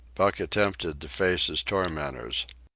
buck attempted to face his tormentors.